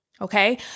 Okay